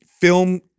film